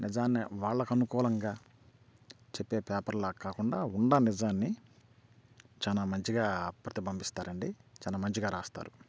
నిజాన్ని వాళ్ళకి అనుకూలంగా చెప్పే పేపర్లాగ కాకుండా ఉండే నిజాన్ని చాలా మంచిగా ప్రతిభంభిస్తారండి చాలా మంచిగా రాస్తారు